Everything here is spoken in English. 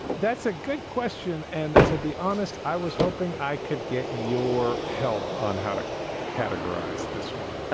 that's a good question. and to be honest, i was hoping i could get your help on how to categorize this one.